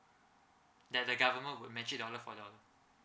that the government would match it dollar for dollar